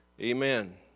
amen